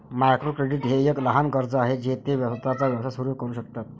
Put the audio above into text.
micro credit हे एक लहान कर्ज आहे जे ते स्वतःचा व्यवसाय सुरू करू शकतात